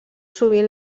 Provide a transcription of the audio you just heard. sovint